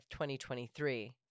2023